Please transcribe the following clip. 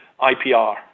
IPR